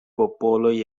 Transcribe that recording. popoloj